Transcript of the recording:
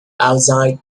outside